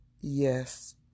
Yes